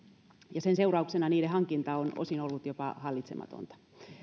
ja sen seurauksena niiden hankinta on osin ollut jopa hallitsematonta